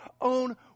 own